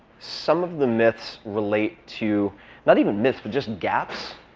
some of the myths relate to not even myths, but just gaps.